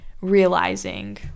realizing